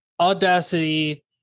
Audacity